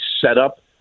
setup